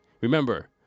Remember